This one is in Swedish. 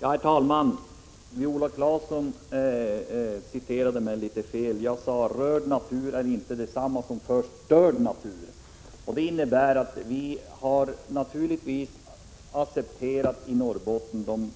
Herr talman! Viola Claesson citerade mig litet fel. Jag sade: Rörd natur är inte detsamma som förstörd natur. Naturligtvis har vi i Norrbotten accepterat de